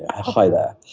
hi there.